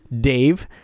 Dave